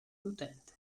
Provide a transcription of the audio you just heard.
l’utente